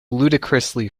ludicrously